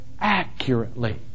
accurately